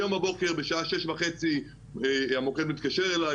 היום בבוקר בשעה 6:30 המוקד מתקשר אליי,